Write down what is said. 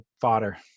fodder